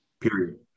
Period